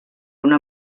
una